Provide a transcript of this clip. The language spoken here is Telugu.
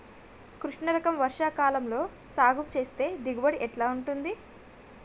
కృష్ణ రకం వర్ష కాలం లో సాగు చేస్తే దిగుబడి ఎట్లా ఉంటది?